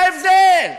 בסדר.